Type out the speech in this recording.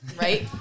right